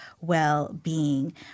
well-being